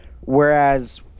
whereas